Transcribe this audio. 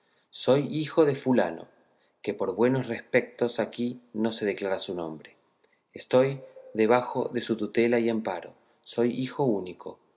soy hijo de fulano que por buenos respectos aquí no se declara su nombre estoy debajo de su tutela y amparo soy hijo único